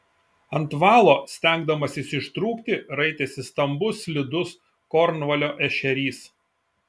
ant valo stengdamasis ištrūkti raitėsi stambus slidus kornvalio ešerys